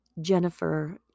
Jennifer